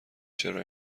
چرا